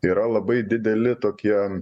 yra labai dideli tokie